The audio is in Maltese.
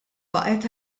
baqgħet